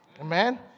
Amen